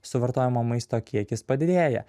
suvartojamo maisto kiekis padidėja